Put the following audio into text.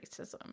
racism